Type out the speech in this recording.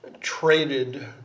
traded